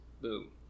Boom